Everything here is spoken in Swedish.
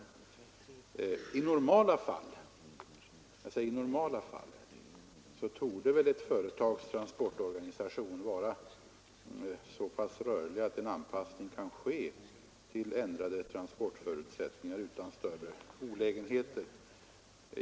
I normala fall — jag säger normala — torde ett företags transportorganisation vara så pass rörlig att den kan anpassas till ändrade transportförutsättningar utan större olägenheter.